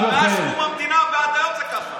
מייד, תכף תעלו לדבר,